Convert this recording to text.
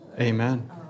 Amen